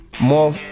more